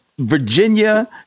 Virginia